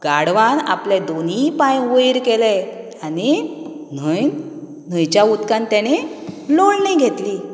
गाडवान आपले दोनी पांय वयर केले आनी न्हंयत न्हंयच्या उदकान तेणी लाळणी घेतली